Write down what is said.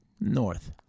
North